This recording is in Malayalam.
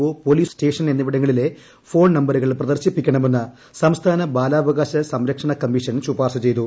ഒ പൊലീസ് സ്റ്റേഷൻ എന്നിവിടങ്ങളിലെ ഫോൺ നമ്പ രുകൾ പ്രദർശിപ്പിക്കണമെന്ന് സംസ്ഥാന ബാലാവകാശ സംരക്ഷണ കമ്മീഷൻ ശുപാർശ ചെയ്തു